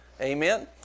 Amen